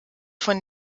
von